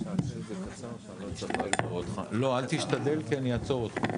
זה קצר שאני לא אצטרך לעצור אותך.